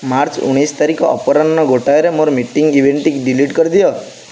March ଉଣେଇଶି ତାରିଖ ଅପରାହ୍ନ ଗୋଟାଏରେ ମୋର ମିଟିଂ ଇଭେଣ୍ଟଟି ଡିଲିଟ୍ କରିଦିଅ